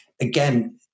again